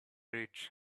rich